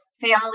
family